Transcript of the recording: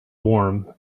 warm